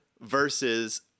versus